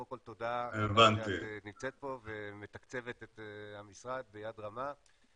קודם כל תודה שאת נמצאת פה ומתקצבת את המשרד ביד רמה.